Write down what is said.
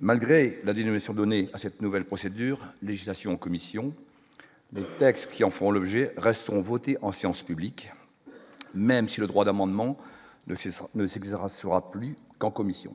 Malgré la démission donnée à cette nouvelle procédure législation commission, texte qui en font l'objet, restons voté en séance publique, même si le droit d'amendement ne ne s'exercera plus qu'en commission,